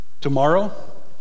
Tomorrow